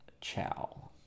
Ciao